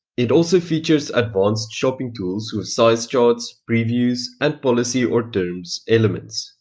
it also features advanced shopping tools with size charts, previews and policy or terms elements.